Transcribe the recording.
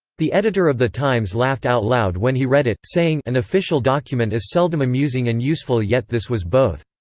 the editor of the times laughed out loud when he read it, saying an official document is seldom amusing and useful yet this was both.